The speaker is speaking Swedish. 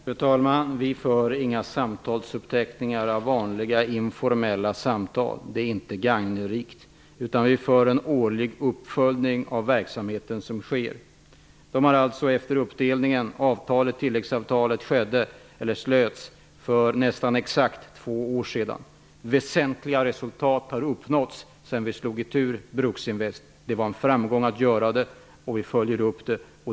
Fru talman! Vi gör inga uppteckningar av vanliga informella samtal. Det är inte gagnerikt. Vi gör en årlig uppföljning av verksamheten. Efter det att tilläggsavtalet slöts för nästan exakt två år sedan och vi slog itu Bruksinvest har väsentliga resultat uppnåtts. Det var en framgång att göra det. Vi följer upp det.